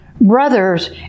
brothers